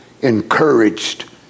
encouraged